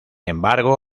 embargo